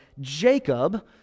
Jacob